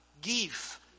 give